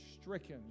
stricken